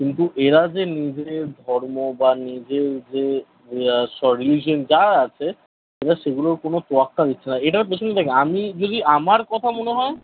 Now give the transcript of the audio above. কিন্তু এরা যে নিজেদের ধর্ম বা নিজের যে সলিউশান যা আছে এরা সেগুলোর কোনও তোয়াক্কা দিচ্ছে না এটার পেছনে দেখ আমি যদি আমার কথা মনে হয়